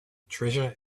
treasure